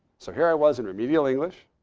so here i was in remedial english.